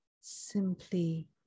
simply